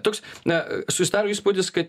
toks na susidaro įspūdis kad